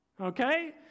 okay